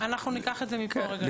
אנחנו ניקח את זה מפה.